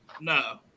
No